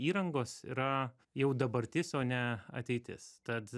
įrangos yra jau dabartis o ne ateitis tad